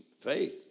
faith